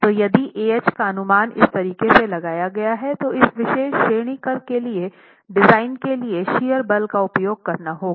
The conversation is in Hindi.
तो यदि Ah का अनुमान इस तरीके से लगाया गया है तो इस विशेष श्रेणीकरण के लिए डिजाइन के लिए शियर बल का उपयोग करना होगा